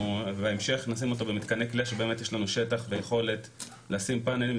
ובהמשך נשים במתקני כליאה שם יש שטח ויכולת לשים פאנלים,